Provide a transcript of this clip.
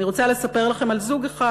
אני רוצה לספר לכם על זוג אחד,